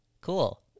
Cool